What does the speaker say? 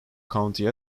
county